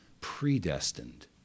predestined